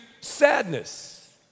sadness